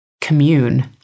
commune